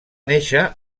néixer